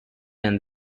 and